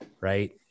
Right